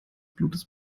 blutes